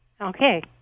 Okay